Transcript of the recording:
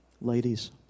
Ladies